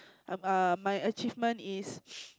um err my achievement is